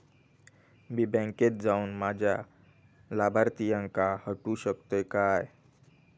मी बँकेत जाऊन माझ्या लाभारतीयांका हटवू शकतय काय?